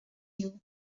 you